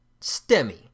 STEMI